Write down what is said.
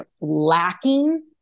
lacking